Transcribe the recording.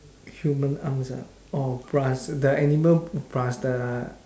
human arms ah oh plus the animal plus the